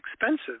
expensive